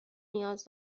نیاز